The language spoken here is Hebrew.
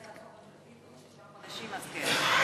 אם תהיה הצעת חוק ממשלתית עוד שישה חודשים, אז כן.